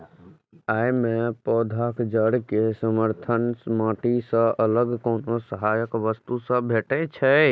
अय मे पौधाक जड़ कें समर्थन माटि सं अलग कोनो सहायक वस्तु सं भेटै छै